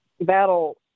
battle